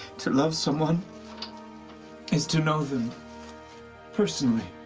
to love someone is to know them personally.